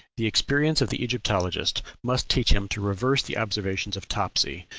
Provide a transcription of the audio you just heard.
the experience of the egyptologist must teach him to reverse the observation of topsy,